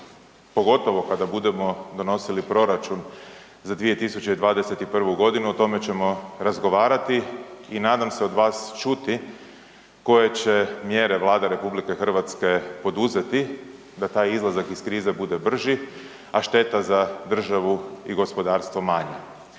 pogotovo kada budemo donosili proračun za 2021. godinu o tome ćemo razgovarati i nadam se od vas čuti koje će mjere Vlada RH poduzeti da taj izlazak iz krize bude brži, a šteta za državu i gospodarstvo manja.